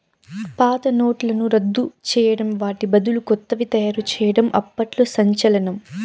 పాత నోట్లను రద్దు చేయడం వాటి బదులు కొత్తవి తయారు చేయడం అప్పట్లో సంచలనం